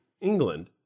England